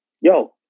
Yo